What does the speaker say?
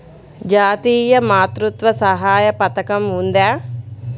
జాతీయ మాతృత్వ సహాయ పథకం ఉందా?